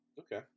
okay